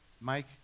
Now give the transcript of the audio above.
Mike